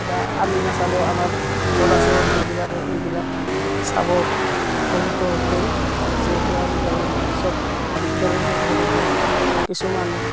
বা আমি নাচালেও আমাৰ ল'ৰা ছোৱালী এইবিলাকে এইবিলাক চাব বহুতো সেই যিহেতু আজিকালি চব বিজ্ঞানৰ যুগ বহুতো কিছুমান